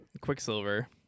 Quicksilver